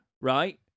right